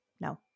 no